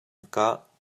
kah